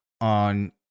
on